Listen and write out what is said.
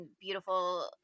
beautiful